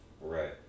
Right